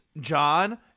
John